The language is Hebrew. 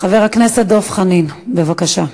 חבר הכנסת דב חנין, בבקשה.